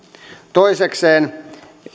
toisekseen